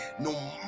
no